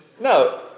No